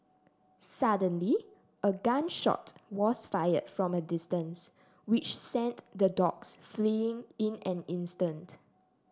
suddenly a gun shot was fired from a distance which sent the dogs fleeing in an instant